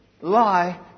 lie